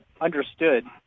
understood